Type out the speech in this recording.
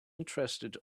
interested